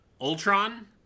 Ultron